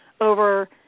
over